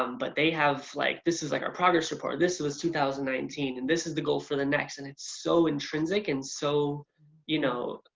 um but they have like this is like our progress report. this was two thousand and nineteen and this is the goal for the next, and it's so intrinsic and so you know,